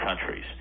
countries